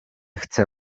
chce